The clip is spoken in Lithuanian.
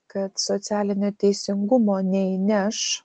kad socialinio teisingumo neįneš